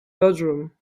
bedroom